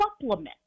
supplement